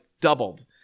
doubled